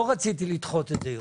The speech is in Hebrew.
לא רוצים לדחות את זה יותר.